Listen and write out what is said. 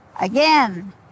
Again